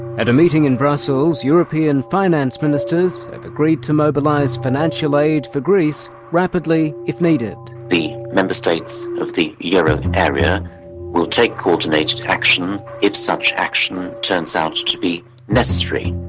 at a meeting in brussels, european finance ministers have agreed to mobilise financial aid for greece, rapidly if needed. the member states of the euro area will take co-ordinated action if such action turns out to be necessary.